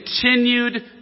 continued